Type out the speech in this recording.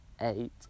eight